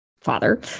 father